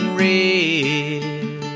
red